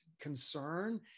concern